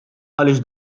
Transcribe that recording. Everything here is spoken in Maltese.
għaliex